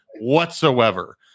whatsoever